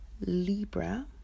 Libra